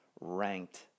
ranked